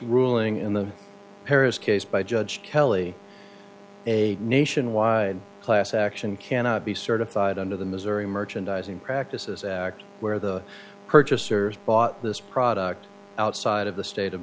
ruling in the paris case by judge kelly a nationwide class action cannot be certified under the missouri merchandising practices act where the purchaser bought this product outside of the state of